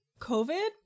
COVID